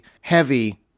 heavy